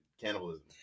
cannibalism